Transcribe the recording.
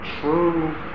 true